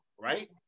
right